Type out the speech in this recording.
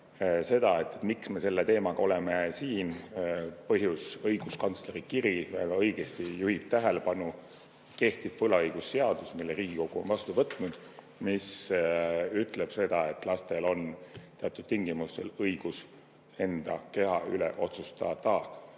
seda, miks me selle teemaga siin oleme, siis põhjus on õiguskantsleri kiri, milles ta väga õigesti juhib tähelepanu, et kehtib võlaõigusseadus, mille Riigikogu on vastu võtnud ja mis ütleb seda, et lastel on teatud tingimustel õigus enda keha üle otsustada,